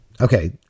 Okay